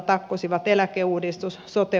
eläkeuudistus sote uudistus